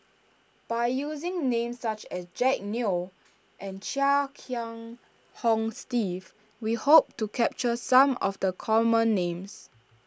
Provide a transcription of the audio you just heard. by using names such as Jack Neo and Chia Kiah Hong Steve we hope to capture some of the common names